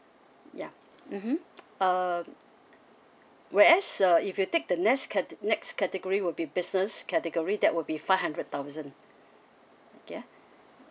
ya mmhmm uh whereas uh if you take the next cate~ next category will be business category that will be five hundred thousand ya